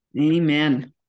Amen